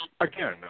again